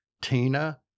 Tina